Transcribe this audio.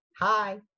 Hi